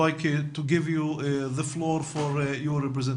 (תרגום חופשי מהשפה